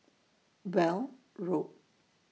Weld Road